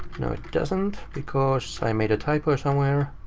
no, it doesn't, because i made a typo somewhere,